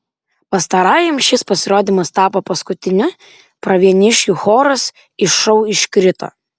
pastarajam šis pasirodymas tapo paskutiniu pravieniškių choras iš šou iškrito